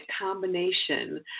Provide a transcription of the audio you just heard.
combination